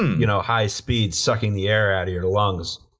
y'know, high speed sucking the air out of your lungs.